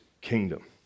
kingdom